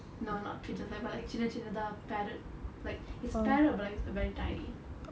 no not pigeons but like சின்ன சின்னதா:chinna chinnathaa parrot like it's parrots but it's err very tiny